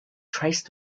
traced